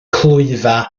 clwyfau